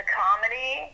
comedy